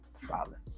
father